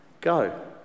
go